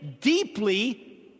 deeply